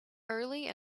early